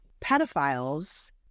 pedophiles